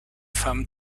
femme